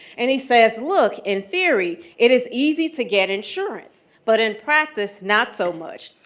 and he says, look, in theory, it is easy to get insurance. but in practice, not so much.